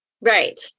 Right